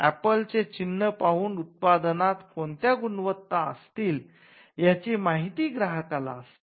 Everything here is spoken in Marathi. ऍपल चे चिन्ह पाहून उत्पादनात कोणत्या गुणवत्ता असतील याची माहिती ग्राहकाला असते